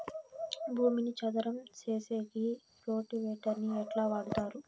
భూమిని చదరం సేసేకి రోటివేటర్ ని ఎట్లా వాడుతారు?